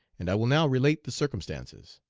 and i will now relate the circumstances.